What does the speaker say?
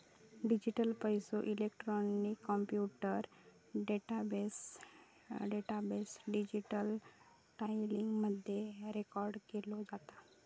digital पैसो, electronic computer database, digital फाईली मध्ये रेकॉर्ड केलो जाता